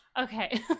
Okay